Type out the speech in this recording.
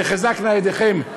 תחזקנה ידיכן.